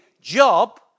job